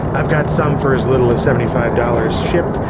i've got some for as little as seventy five dollars shipped,